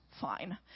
fine